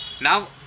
now